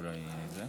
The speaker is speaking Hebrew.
ולכבאים),